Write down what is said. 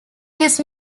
his